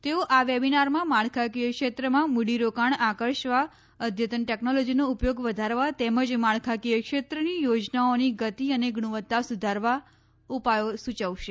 તેઓ આ વેબીનારમાં માળખાકીય ક્ષેત્રમાં મૂડીરોકાણ આકર્ષવા અદ્યતન ટેકનોલોજીનો ઉપયોગ વધારવા તેમજ માળખાકીય ક્ષેત્રની યોજનાઓની ગતિ અને ગુણવત્તા સુધારવા ઉપાયો સુચવશે